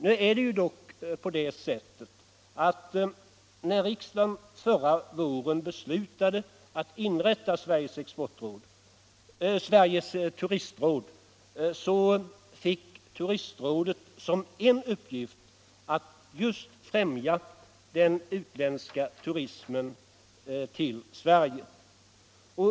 Nu är det dock på det sättet att när riksdagen förra våren beslutade inrätta Sveriges turistråd fick Turistrådet som en uppgift just att främja den utländska turismen till Sverige.